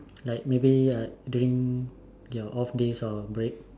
like maybe uh during your off days or break